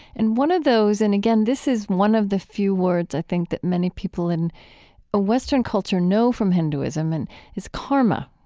and one of those and, again, this is one of the few words, i think, that many people in a western culture know from hinduism and is karma.